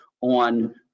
on